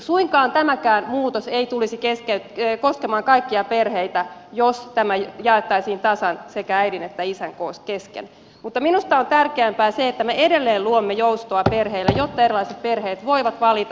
suinkaan tämäkään muutos ei tulisi koskemaan kaikkia perheitä jos tämä jaettaisiin tasan sekä äidin että isän kesken mutta minusta on tärkeämpää se että me edelleen luomme joustoa perheille jotta erilaiset perheet voivat valita